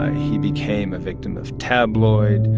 ah he became a victim of tabloids.